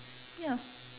ya